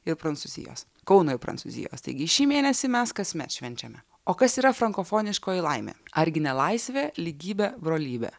ir prancūzijos kauno ir prancūzijos taigi šį mėnesį mes kasmet švenčiame o kas yra frankofoniškoji laimė argi ne laisvė lygybė brolybė